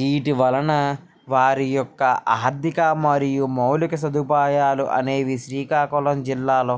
వీటి వలన వారి యొక్క ఆర్థిక మరియు మౌలిక సదుపాయాలు అనేవి శ్రీకాకుళం జిల్లాలో